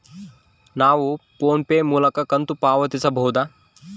ನಾವು ಫೋನ್ ಪೇ ಮೂಲಕ ಕಂತು ಪಾವತಿಸಬಹುದಾ?